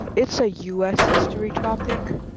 um it's a us history topic.